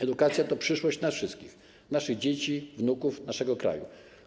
Edukacja to przyszłość nas wszystkich, naszych dzieci, wnuków, naszego kraju.